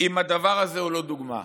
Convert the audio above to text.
אם הדבר הזה הוא לא דוגמה.